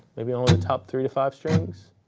maybe only the top three to five strings,